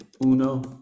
uno